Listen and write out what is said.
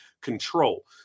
control